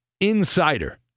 Insider